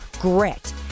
grit